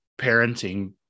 parenting